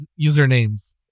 usernames